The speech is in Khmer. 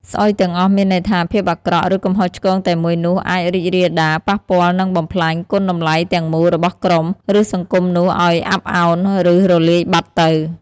ស្អុយទាំងអស់ មានន័យថា ភាពអាក្រក់ ឬកំហុសឆ្គងតែមួយនោះ អាច រីករាលដាល ប៉ះពាល់ និង បំផ្លាញ គុណតម្លៃទាំងមូលរបស់ក្រុម ឬសង្គមនោះឲ្យអាប់ឱន ឬរលាយបាត់ទៅ។